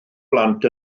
blant